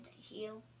heal